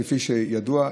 כפי שידוע,